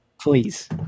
Please